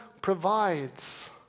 provides